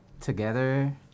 together